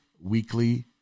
weekly